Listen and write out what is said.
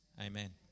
Amen